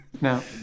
now